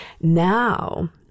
Now